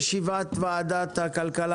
אני מתכבד לפתוח את ישיבת ועדת הכלכלה